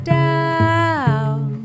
down